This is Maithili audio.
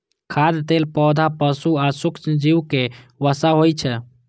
खाद्य तेल पौधा, पशु आ सूक्ष्मजीवक वसा होइ छै